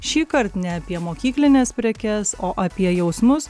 šįkart ne apie mokyklines prekes o apie jausmus